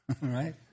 Right